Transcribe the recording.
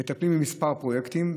מטפל בכמה פרויקטים,